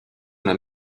una